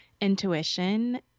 intuition